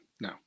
No